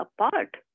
apart